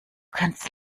kannst